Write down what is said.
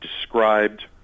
described